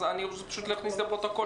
אז אני רוצה פשוט להכניס לפרוטוקול